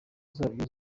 zabyo